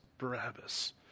Barabbas